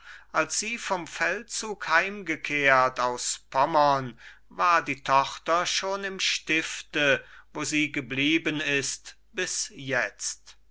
als sie vom feldzug heimgekehrt aus pommern war die tochter schon im stifte wo sie geblieben ist bis jetzt